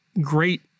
great